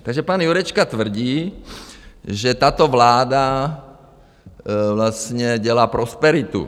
Takže pan Jurečka tvrdí, že tato vláda vlastně dělá prosperitu.